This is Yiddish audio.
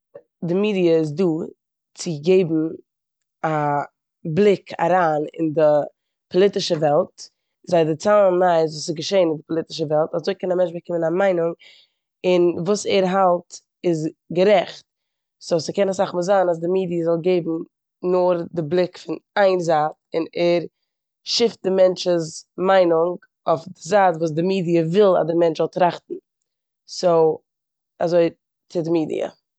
די מידיע איז דא צו געבן א בליק אריין אין די פאליטישע וועלט, זיי דערציילן נייעס וואס איז געשען אין די פאליטישע וועלט אזוי קען א מענטש באקומען א מיינונג אין וואס ער האלט איז גערעכט. סאו ס'קען אסאך מאל זיין אז די מידיע זאל געבן נאר די בליק פון איין זייט און ער שיפט די מיינונג אויף די זייט וואס די מידיע וויל די מענטש זאל טראכטן. סאו אזוי טוט די מידיע.